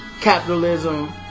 capitalism